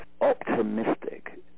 optimistic